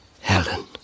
Helen